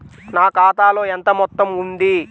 నా ఖాతాలో ఎంత మొత్తం ఉంది?